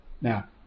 now